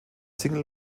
single